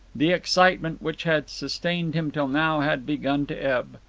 the excitement which had sustained him till now had begun to ebb.